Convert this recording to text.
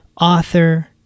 author